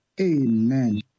Amen